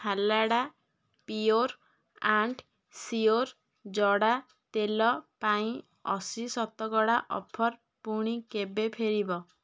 Phalada pure and sure ଜଡ଼ା ତେଲ ପାଇଁ ଅସି ଶତକଡ଼ା ଅଫର୍ ପୁଣି କେବେ ଫେରିବ